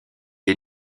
est